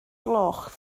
gloch